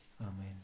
Amen